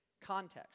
context